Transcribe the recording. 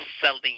selling